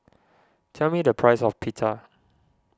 tell me the price of Pita